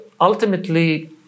Ultimately